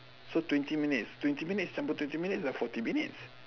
so twenty minutes twenty minutes campur twenty minutes sudah forty minutes